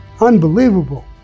Unbelievable